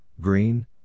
green